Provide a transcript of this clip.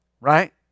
Right